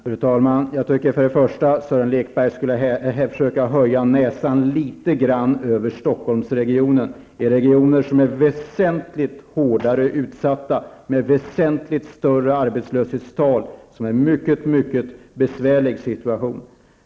Fru talman! Jag tycker för det första att Sören Lekberg skulle försöka höja näsan litet grand över Stockholmsregionen. Det finns regioner som är väsentligt mycket hårdare utsatta, som har väsentligt större arbetslöshetstal och som har en mycket besvärlig situation.